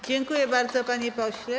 Dziękuję bardzo, panie pośle.